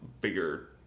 bigger